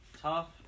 Tough